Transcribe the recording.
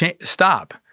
stop